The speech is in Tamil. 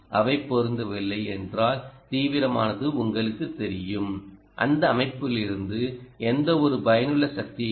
அவை பொருந்தவில்லை என்றால் தீவிரமானது உங்களுக்குத் தெரியும் அந்த அமைப்பிலிருந்து எந்தவொரு பயனுள்ள சக்தியையும்